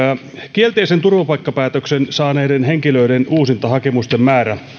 kielteisen turvapaikkapäätöksen saaneiden henkilöiden uusintahakemusten määrä